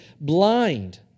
blind